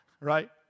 Right